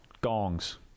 gongs